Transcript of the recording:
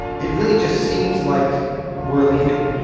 it really just seems like we're leaving.